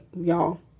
y'all